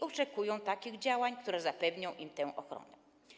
Oczekują oni takich działań, które zapewnią im tę ochronę.